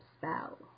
spell